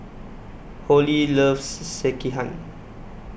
Holly loves Sekihan